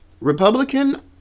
Republican